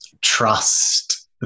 trust